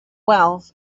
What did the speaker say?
wealth